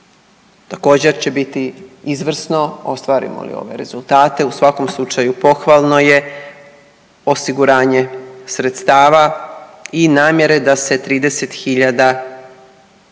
Također će biti izvrsno ostvarimo li ove rezultate, u svakom slučaju pohvalno je osiguranje sredstava i namjere da se 30.000